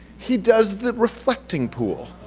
he does the reflecting pool.